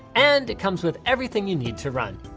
and it comes with everything you need to run.